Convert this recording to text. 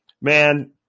Man